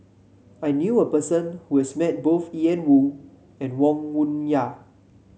I knew a person who has met both Ian Woo and Wong Yoon Wah